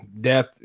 death